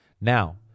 Now